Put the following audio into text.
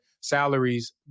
salaries